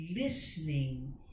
listening